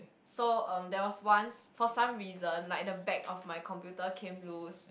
so um there was once for some reason like the back of my computer came loose